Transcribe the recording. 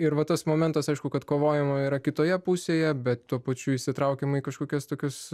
ir va tas momentas aišku kad kovojama yra kitoje pusėje bet tuo pačiu įsitraukiama į kažkokias tokius